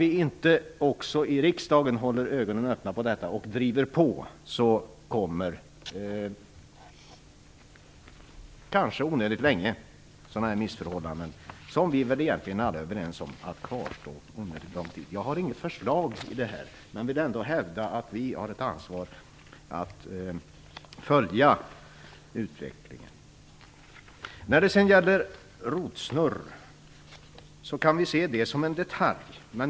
Om inte också vi i riksdagen håller ett öga på detta och driver på, kommer missförhållandena - där är väl egentligen vi alla överens - att kanske kvarstå onödigt länge. Jag har inget förslag här, utan jag vill bara hävda att vi har ett ansvar när det gäller att följa utvecklingen. Rotsnurr: Rotsnurr kan ses som en detalj.